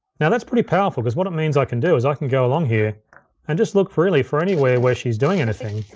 now that's pretty powerful, cause what it means i can do is i can go along here and just look really for anywhere where she's doing anything,